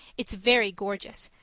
it's very gorgeous,